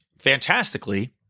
fantastically